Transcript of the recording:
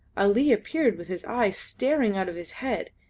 ali appeared with his eyes starting out of his head.